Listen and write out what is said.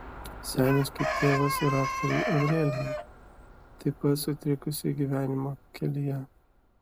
senis kaip tėvas ir aktorei aurelijai taip pat sutrikusiai gyvenimo kelyje